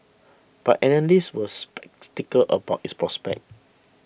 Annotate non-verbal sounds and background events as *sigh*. but analysts were *unintelligible* about its prospects